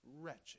wretched